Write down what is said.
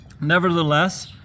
Nevertheless